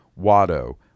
Watto